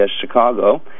Chicago